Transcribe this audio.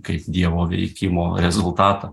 kaip dievo veikimo rezultatą